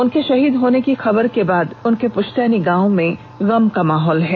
उनके शहीद होने की खबर के बाद उनके पुस्तैनी गांव में गम का मौहाल है